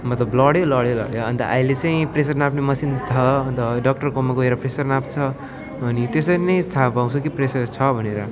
मतलब ब्लडै लड्यो भने अनि त अहिले चाहिँ प्रेसर नाप्ने मसिन छ अनि त डक्टरकोमा गएर प्रेसर नाप्छ अनि त्यसरी नै थाहा पाउँछ कि प्रेसर छ भनेर